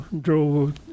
drove